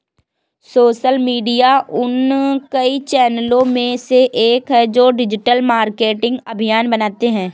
social media उन कई चैनलों में से एक है जो डिजिटल मार्केटिंग अभियान बनाते हैं